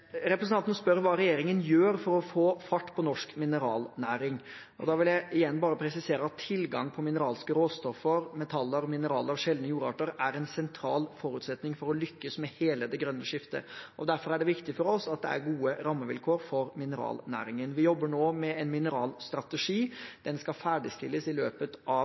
Representanten spør hva regjeringen gjør for å få fart på norsk mineralnæring. Da vil jeg igjen bare presisere at tilgang på mineralske råstoffer, mineraler og sjeldne jordarter er en sentral forutsetning for å lykkes med hele det grønne skiftet. Derfor er det viktig for oss at det er gode rammevilkår for mineralnæringen. Vi jobber nå med en mineralstrategi. Den skal ferdigstilles i løpet av